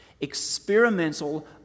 experimental